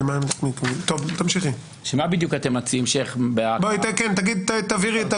ואומרים שהחוק לא תקף,